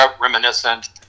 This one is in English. reminiscent